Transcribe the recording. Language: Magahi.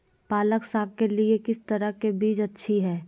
पालक साग के लिए किस तरह के बीज अच्छी है?